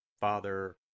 Father